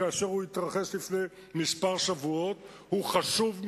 כאשר הוא התרחש לפני שבועות מספר,